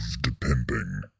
depending